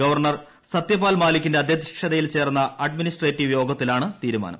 governor Satyapal മാലിക്കിന്റെ അധ്യക്ഷതയിൽ ചേർന്ന അഡ്മിനിസ്ട്രേറ്റീവ് യോഗത്തിലാണ് തീരുമാനം